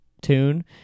tune